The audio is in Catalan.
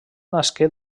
nasqué